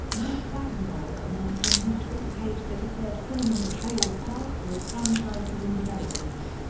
mike clattenberg announced on his twitter page that a third film in the trailer park boys franchise was in development.